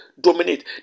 dominate